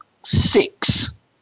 six